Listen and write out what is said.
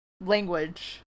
language